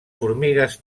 formigues